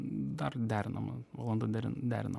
dar derinama valanda der derinam